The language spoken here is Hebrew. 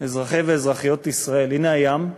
אזרחי ואזרחיות ישראל, הנה הים,